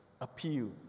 appeal